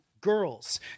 girls